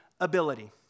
ability